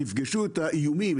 יפגשו את האיומים,